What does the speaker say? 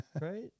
right